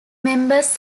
members